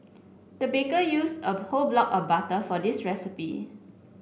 the baker use a whole block of butter for this recipe